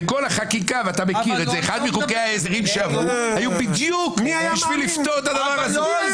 אחד מחוקי ההסדרים שעברו היו בדיוק כדי לפתור את הדבר הזה.